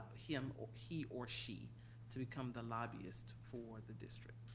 he um or he or she to become the lobbyist for the district.